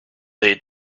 they